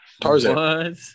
Tarzan